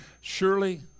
Surely